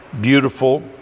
beautiful